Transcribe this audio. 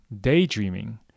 daydreaming